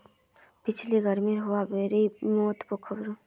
पिछली गर्मीत बुआ बोरी भोरे तरबूज भेजिल छिले